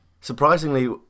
Surprisingly